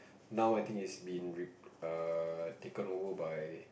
now I think it's been re err taken over by